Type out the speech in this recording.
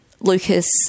Lucas